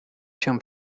się